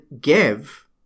give